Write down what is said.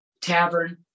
tavern